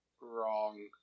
Wrong